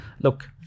look